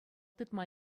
тытма